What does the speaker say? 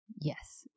Yes